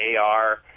AR